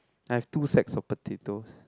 I have two sacks of potatoes